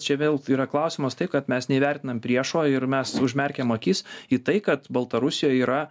čia vėl yra klausimas tai kad mes neįvertinam priešo ir mes užmerkiam akis į tai kad baltarusijoj yra